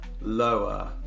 lower